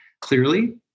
clearly